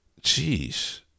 Jeez